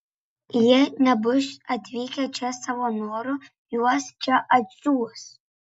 jie nebus atvykę čia savo noru juos čia atsiųs